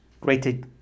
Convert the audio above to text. great